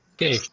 Okay